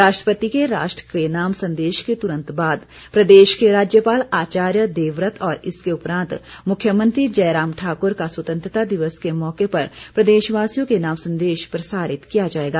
राष्ट्रपति के राष्ट्र के नाम संदेश के तुरंत बाद प्रदेश के राज्यपाल आचार्य देवव्रत और इसके उपरांत मुख्यमंत्री जयराम ठाकुर का स्वतंत्रता दिवस के मौके पर प्रदेशवासियों के नाम संदेश प्रसारित किया जाएगा